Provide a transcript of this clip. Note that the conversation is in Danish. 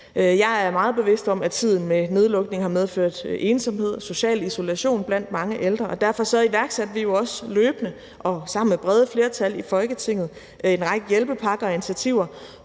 Jeg er meget bevidst om, at tiden med nedlukning har medført ensomhed og social isolation blandt mange ældre, og derfor iværksatte vi jo også løbende og sammen med brede flertal i Folketinget en række hjælpepakker og initiativer